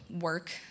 work